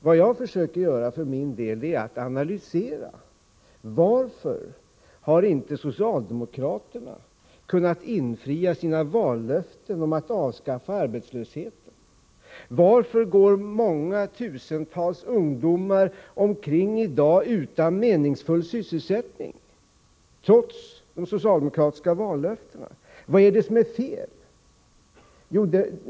Det jag för min del försökte göra är att analysera: Varför har inte socialdemokraterna kunnat infria sina vallöften om att avskaffa arbetslösheten? Varför går många tusental ungdomar omkring i dag utan meningsfull sysselsättning trots de socialdemokratiska vallöftena? Vad är det som är fel?